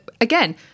again